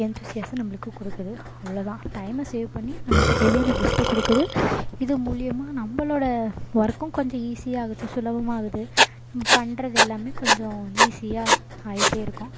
எந்துசியஸ்ஸை நம்மளுக்கு கொடுக்குது அவ்வளோ தான் டைமை சேவ் பண்ணி நம்மளுக்கு தேவையான பெஸ்ட்டை கொடுக்குது இது மூலிமா நம்மளோட ஒர்க்கும் கொஞ்சம் ஈஸி ஆகுது சுலபமாகுது நம்ம பண்ணுறது எல்லாமே கொஞ்சம் ஈஸியாக ஆகிட்டே இருக்கும்